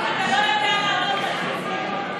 אתה לא יודע לענות על זה.